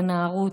בנערות.